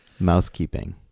Mousekeeping